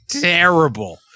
terrible